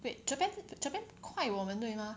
wait Japan Japan 快我们对吗